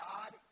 God